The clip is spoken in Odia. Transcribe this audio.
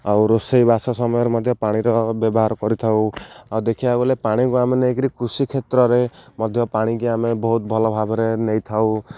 ଆଉ ରୋଷେଇବାସ ସମୟରେ ମଧ୍ୟ ପାଣିର ବ୍ୟବହାର କରିଥାଉ ଆଉ ଦେଖିବାକୁ ଗଲେ ପାଣିକୁ ଆମେ ନେଇକିରି କୃଷି କ୍ଷେତ୍ରରେ ମଧ୍ୟ ପାଣିକି ଆମେ ବହୁତ ଭଲ ଭାବରେ ନେଇଥାଉ